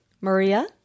Maria